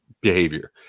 behavior